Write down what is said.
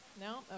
No